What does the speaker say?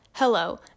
Hello